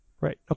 Right